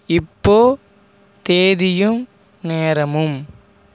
இப்போ தேதியும் நேரமும்